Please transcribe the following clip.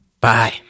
Bye